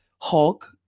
Hulk